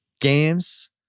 games